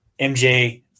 mj